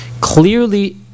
clearly